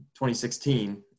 2016